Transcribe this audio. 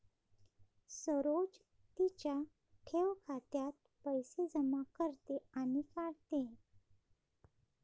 सरोज तिच्या ठेव खात्यात पैसे जमा करते आणि काढते